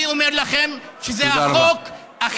אני אומר לכם שזה החוק, תודה רבה.